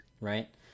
Right